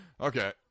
Okay